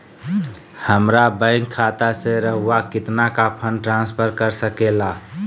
हमरा बैंक खाता से रहुआ कितना का फंड ट्रांसफर कर सके ला?